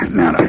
now